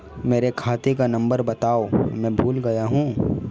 मेरे खाते का नंबर बताओ मैं भूल गया हूं